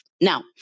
Now